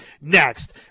next